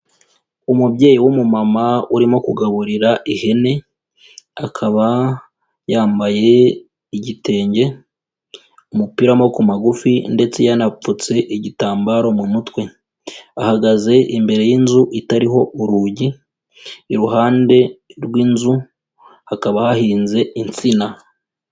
Umubyeyi w'umumama urimo kugaburira ihene, akaba yambaye igitenge, umupira w'amaboko magufi ndetse yanapfutse igitambaro mu mutwe, ahagaze imbere y'inzu itariho urugi, iruhande rw'inzu hakaba hahinze insina.